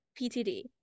PTD